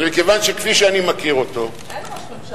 אבל מכיוון שכפי שאני מכיר אותו, אין ראש ממשלה.